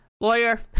Lawyer